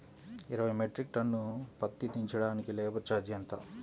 ఇరవై metric tonne పత్తి దించటానికి లేబర్ ఛార్జీ ఎంత?